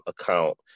account